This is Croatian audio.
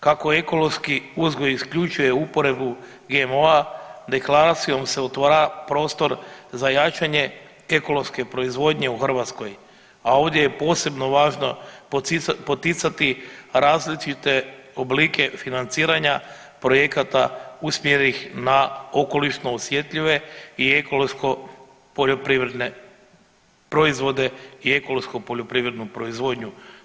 Kako ekološki uzgoj isključuje uporabu GMO-a deklaracijom se otvara prostor za jačanje ekološke proizvodnje u Hrvatskoj, a ovdje je posebno važno poticati različite oblike financiranja projekata usmjerenih na okolišno osjetljive i ekološko poljoprivredne proizvode i ekološku poljoprivrednu proizvodnju.